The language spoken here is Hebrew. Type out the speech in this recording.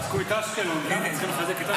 תחזקו את אשקלון, גם צריכים לחזק את אשקלון.